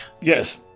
Yes